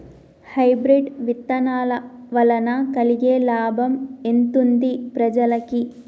Hybrid విత్తనాల వలన కలిగే లాభం ఎంతుంది ప్రజలకి?